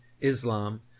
Islam